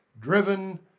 driven